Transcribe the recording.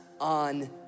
on